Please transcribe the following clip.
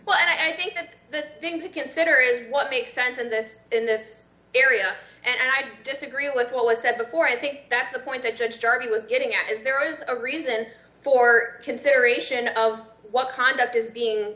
well i think that the thing to consider is what makes sense in this in this area and i disagree with what was said before i think that's the point that judge darby was getting at is there is a reason for consideration of what conduct is being